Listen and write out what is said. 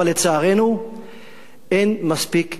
אבל לצערנו אין מספיק,